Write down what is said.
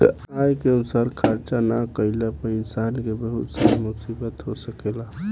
आय के अनुसार खर्चा ना कईला पर इंसान के बहुत सारा मुसीबत हो सकेला